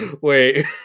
wait